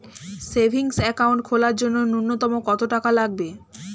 Savings account খোলার জন্য নূন্যতম কত টাকা লাগবে?